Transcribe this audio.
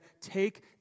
Take